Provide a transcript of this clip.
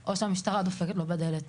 או שהמשטרה דופקת לו בדלת.